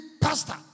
Pastor